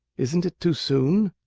isn't it too soon.